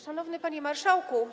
Szanowny Panie Marszałku!